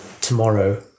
tomorrow